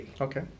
Okay